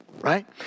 right